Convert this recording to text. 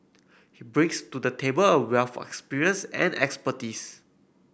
he brings to the table a wealth of experience and expertise